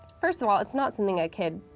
first of all, it's not something a kid